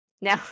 No